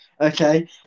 okay